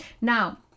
Now